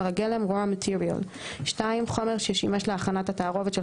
הגלם (Raw material); (2) חומר ששימש להכנת התערובת של